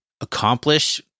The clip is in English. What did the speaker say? accomplish